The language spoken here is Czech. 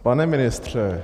Pane ministře.